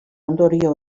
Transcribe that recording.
ondorio